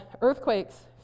Earthquakes